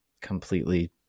completely